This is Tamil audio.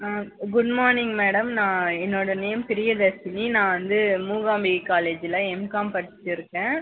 ஆ குட் மார்னிங் மேடம் நான் என்னோட நேம் பிரியதர்ஷினி நான் வந்து மூகாம்பிகை காலேஜில் எம்காம் படிச்சுருக்கேன்